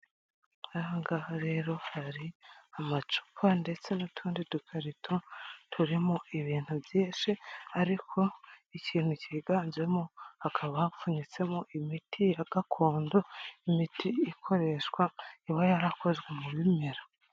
aha ngaha rero hari amacupa ndetse n'utundi dukarito turimo ibintu byinshi ariko ikintu kiganjemo hakaba hapfunyitsemo imiti ya gakondo, imiti ikoreshwa iba yarakozwe mu bimera.